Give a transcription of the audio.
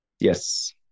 Yes